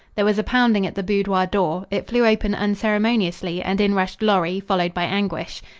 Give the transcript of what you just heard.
there was a pounding at the boudoir door. it flew open unceremoniously and in rushed lorry, followed by anguish.